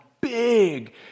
big